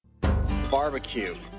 Barbecue